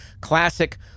classic